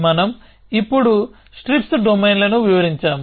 మనం ఇప్పుడు స్ట్రిప్స్ డొమైన్లను వివరించాము